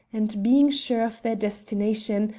and, being sure of their destination,